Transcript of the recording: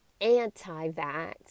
anti-vax